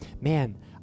man